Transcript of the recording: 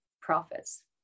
profits